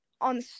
on